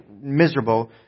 miserable